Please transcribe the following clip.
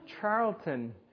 Charlton